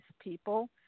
people